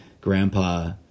grandpa